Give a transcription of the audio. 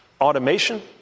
automation